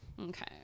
Okay